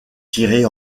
tirées